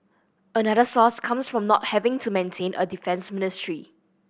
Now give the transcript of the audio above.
another source comes from not having to maintain a defence ministry